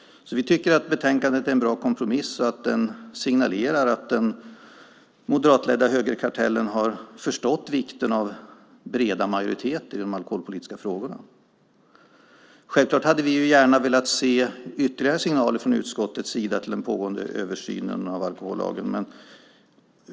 Vi tycker att betänkandet är en bra kompromiss och att det signalerar att den moderatledda högerkartellen har förstått vikten av breda majoriteter inom de alkoholpolitiska frågorna. Självklart hade vi gärna velat se ytterligare signaler från utskottets sida till den pågående översynen av alkohollagen.